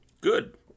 Good